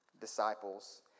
disciples